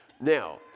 Now